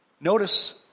Notice